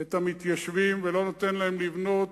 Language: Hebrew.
את המתיישבים ולא נותן להם לבנות,